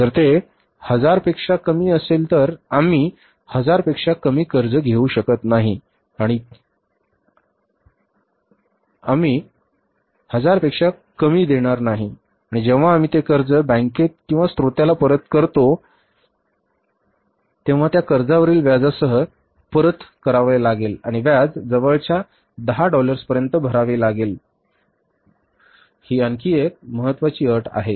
जर ते १००० पेक्षा कमी असेल तर आम्ही १००० पेक्षा कमी कर्ज घेऊ शकत नाही आणि आम्ही १००० पेक्षा कमी देणार नाही आणि जेव्हा आम्ही ते कर्ज बँकेत किंवा स्त्रोताला परत करतो तेव्हा त्या कर्जावरील व्याजासह परत करावे लागेल आणि व्याज जवळच्या 10 डॉलर्सपर्यंत भरावे लागेल ही आणखी एक महत्त्वाची अट आहे